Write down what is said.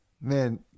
man